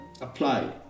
apply